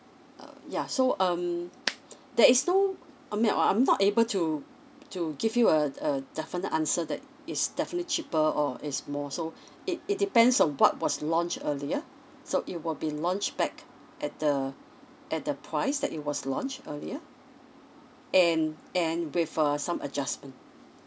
uh ya so um there is no I mean I'm I'm not able to to give you a a definite answer that is definitely cheaper or it's more so it it depends on what was launch earlier so it will be launch back at the at the price that it was launched earlier and and with uh some adjustment